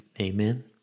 Amen